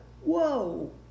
Whoa